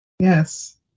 Yes